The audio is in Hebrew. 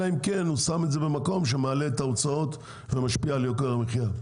אלא אם כן הוא שם את זה במקום שמעלה את ההוצאות ומשפיע על יוקר המחיה,